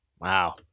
Wow